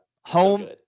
Home